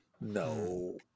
no